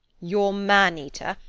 your man-eater,